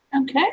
Okay